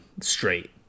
straight